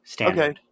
okay